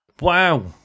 Wow